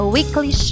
Weekly